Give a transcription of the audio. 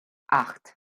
acht